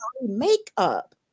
makeup